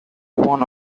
one